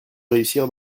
réussir